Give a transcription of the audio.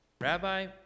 Rabbi